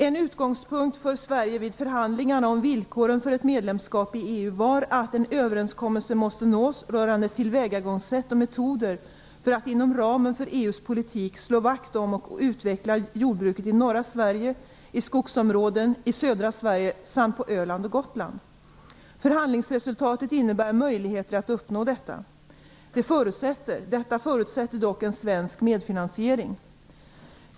En utgångspunkt för Sverige vid förhandlingarna om villkoren för ett medlemskap i EU var att en överenskommelse måste nås rörande tillvägagångssätt och metoder för att inom ramen för EU:s politik slå vakt om och utveckla jordbruket i norra Sverige, i skogsområden i södra Sverige samt på Öland och Förhandlingsresultatet innebär möjligheter att uppnå detta. Detta förutsätter dock en svensk medfinansiering.